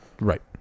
Right